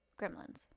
Gremlins